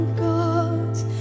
gods